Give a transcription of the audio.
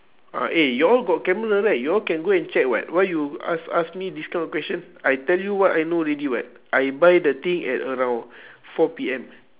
ah eh y'all got camera right you all can go and check [what] why you ask ask me this kind of question I tell you what I know already [what] I buy the thing at around four P_M